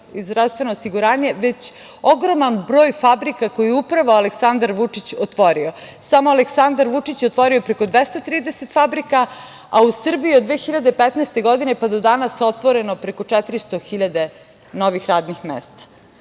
zdravstveno osiguranje, već ogroman broj fabrika koje je upravo Aleksandar Vučić otvorio. Samo Aleksandar Vučić je otvorio preko 230 fabrika, a u Srbiji je od 2015. godine pa do danas otvoreno preko 400.000 novih radnih mesta.